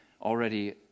already